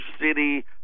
City